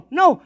no